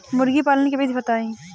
मुर्गीपालन के विधी बताई?